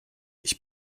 ich